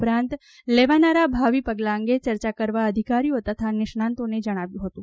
આ ઉપરાંત લેવાનારાં ભાવિ પગલાં અંગે ચર્ચા કરવા અધિકારીઓ તથા નિષ્ણાતોને જણાવ્યું હતું